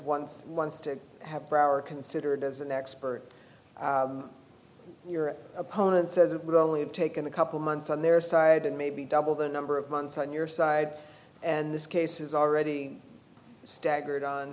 one wants to have broward considered as an expert your opponent says it would only have taken a couple months on their side and maybe double the number of months on your side and this case is already stagger